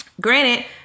Granted